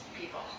people